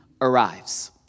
arrives